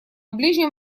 ближнем